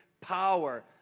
power